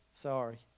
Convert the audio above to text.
Sorry